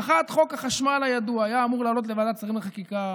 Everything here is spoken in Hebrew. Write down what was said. האחת: חוק החשמל הידוע היה אמור לעלות לוועדת שרים לחקיקה